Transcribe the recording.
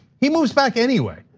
he moves back anyway,